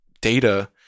data